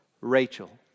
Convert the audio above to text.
Rachel